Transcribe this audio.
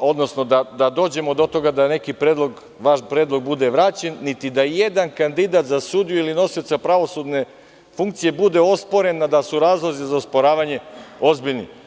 odnosno da dođemo do toga da neki vaš predlog bude vraćen, niti da i jedan kandidat za sudiju ili nosioca pravosudne funkcije bude osporen, a da su razlozi za osporavanje ozbiljni.